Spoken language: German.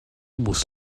musst